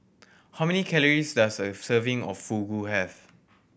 how many calories does a serving of Fugu have